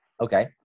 Okay